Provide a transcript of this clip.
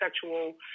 sexual